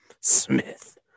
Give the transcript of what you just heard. Smith